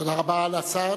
תודה רבה לשר.